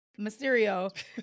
Mysterio